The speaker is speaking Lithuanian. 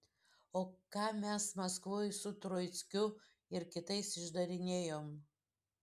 o ką mes maskvoj su troickiu ir kitais išdarinėjom